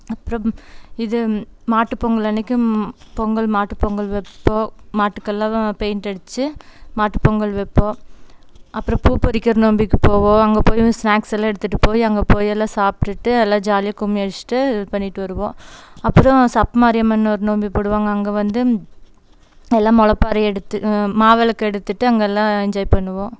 அப்புறம் இது மாட்டுப்பொங்கல் அன்றைக்கு பொங்கல் மாட்டுப்பொங்கல் வைப்போம் மாட்டுக்குகெல்லாம் பெயிண்ட் அடித்து மாட்டுப்பொங்கல் வைப்போம் அப்புறம் பூ பறிக்கிற நோண்பிக்கு போவோம் அங்கே போய் ஸ்நாக்ஸ் எல்லாம் எடுத்துகிட்டு போய் அங்கே போய் எல்லாம் சாப்பிட்டுட்டு எல்லாம் ஜாலியாக கும்மி அடிச்சுட்டு இது பண்ணிவிட்டு வருவோம் அப்புறம் சப் மாரியம்மன்னு ஒரு நோண்பி போடுவாங்க அங்கே வந்து எல்லாம் முளப்பாரை எடுத்து மாவிளக்கு எடுத்துகிட்டு அங்கே எல்லாம் என்ஜாய் பண்ணுவோம்